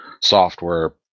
software